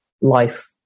life